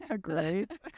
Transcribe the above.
Great